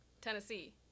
Tennessee